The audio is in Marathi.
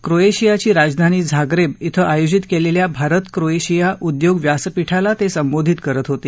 क्रोएशियाची राजधानी झाग्रेब कें आयोजित केलेल्या भारत क्रोएशिया उद्योग व्यासपीठाला ते संबोधित करत होते